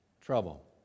trouble